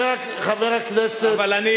אבל אני